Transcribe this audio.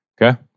Okay